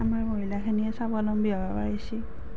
আমাৰ মহিলাখিনিয়ে স্বাৱলম্বী হ'ব পাৰিছে